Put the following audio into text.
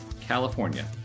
california